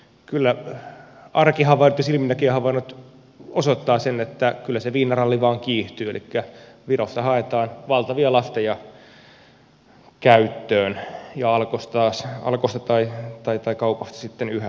kyllä arkihavainnot ja silminnäkijähavainnot osoittavat sen että kyllä se viinaralli vain kiihtyy elikkä virosta haetaan valtavia lasteja käyttöön ja alkosta tai kaupasta sitten yhä vähemmän